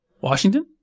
Washington